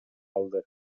алды